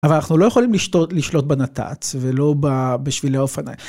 אבל אנחנו לא יכולים לשלוט בנת"צ, ולא בשבילי האופניים.